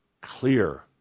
clear